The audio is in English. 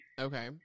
Okay